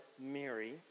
Mary